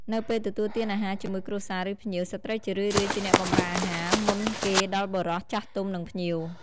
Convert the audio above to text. នៅពេលទទួលទានអាហារជាមួយគ្រួសារ ឬភ្ញៀវ ស្ត្រីជារឿយៗជាអ្នកបម្រើអាហារ មុនគេដល់បុរស ចាស់ទុំ និងភ្ញៀវ។